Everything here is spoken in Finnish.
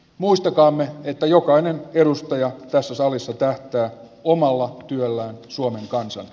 muistakaamme että jokainen edustaja tässä salissa tähtää omalla työllään suomen kansa